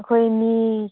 ꯑꯩꯈꯣꯏ ꯃꯤ